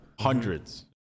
Hundreds